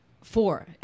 four